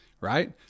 right